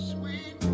Sweet